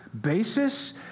basis